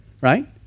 Right